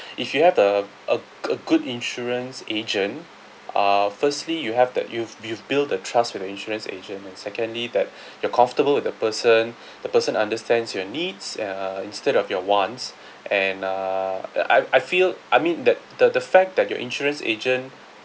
if you have the a a good insurance agent uh firstly you have that you've you've build a trust with your insurance agent and secondly that you're comfortable with the person the person understands your needs uh instead of your wants and uh the I I feel I mean that the the fact that your insurance agent